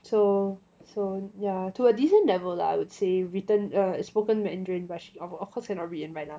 so so yeah to a decent level lah I would say written um spoken mandarin but she of course cannot read and write lah